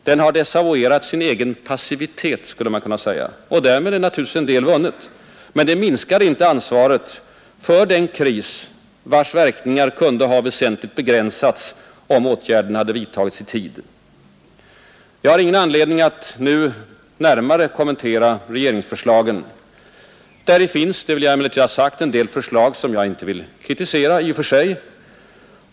Den har desavouerat sin egen passivi tet, skulle man kunna säga, och därmed är naturligtvis en del vunnet. Men det minskar inte ansvaret för den kris, vars verkningar kunde ha väsentligt begränsats, om åtgärderna hade vidtagits i tid. Jag har ingen anledning att nu närmare kommentera regeringsförslagen. Däri finns, det vill jag emellertid ha sagt, en del förslag som jag inte vill kritisera i och för sig.